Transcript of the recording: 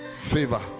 favor